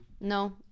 No